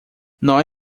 nós